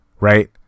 Right